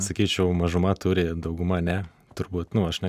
sakyčiau mažuma turi dauguma ne turbūt nu aš ne